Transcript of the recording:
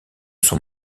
son